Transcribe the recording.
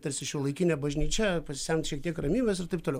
tarsi šiuolaikinė bažnyčia pasisemt šiek tiek ramybės ir taip toliau